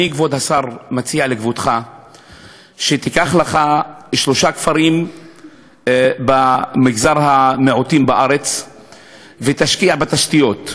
אני מציע לכבודו שייקח שלושה כפרים במגזר המיעוטים בארץ וישקיע בתשתיות.